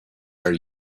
are